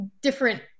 different